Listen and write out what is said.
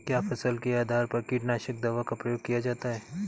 क्या फसल के आधार पर कीटनाशक दवा का प्रयोग किया जाता है?